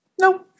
No